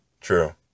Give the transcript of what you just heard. True